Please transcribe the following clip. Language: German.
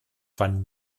van